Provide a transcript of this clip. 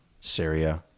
Syria